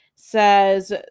says